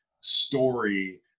story